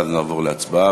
ואז נעבור להצבעה.